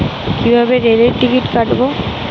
কিভাবে রেলের টিকিট কাটব?